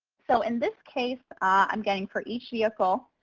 so in this case, i'm getting for each vehicle,